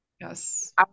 yes